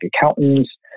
Accountants